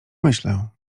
myślę